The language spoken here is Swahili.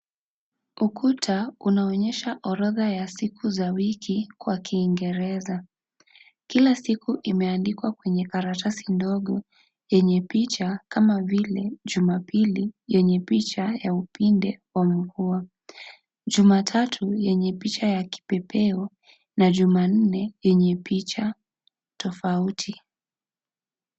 Ukuta unaonyesha orodha ya siku za wiki kwa kingereza, kila siku imeandikwa kwenye karatasi ndogo yenye picha kama vile; jumapili yenye picha ya upinde wa mvua, jumatatu yenye picha ya kipepeo na jumanne yenye picha tofauti.